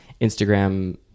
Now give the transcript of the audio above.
Instagram